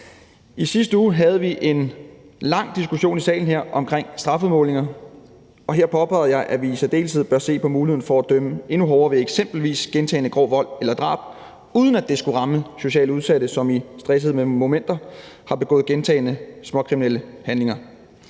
I sidste uge havde vi en lang diskussion i salen her om strafudmålinger, og her påpegede jeg, at vi i særdeleshed bør se på muligheden for at dømme hårdere ved eksempelvis gentagne tilfælde af grov vold eller drab, uden at det skulle ramme socialt udsatte, som i stressede momenter gentagne gange har begået småkriminelle handlinger.